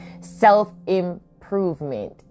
self-improvement